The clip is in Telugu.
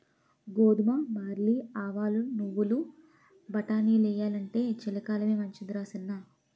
గోధుమ, బార్లీ, ఆవాలు, నువ్వులు, బటానీలెయ్యాలంటే చలికాలమే మంచిదరా సిన్నా